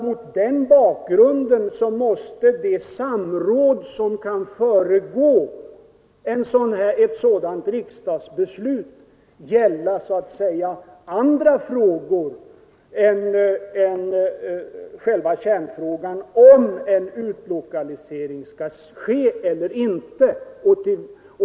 Mot den bakgrunden måste de samråd som kan föregå ett riksdagsbeslut gälla andra frågor än själva kärnfrågan, om en utlokalisering skall ske eller inte.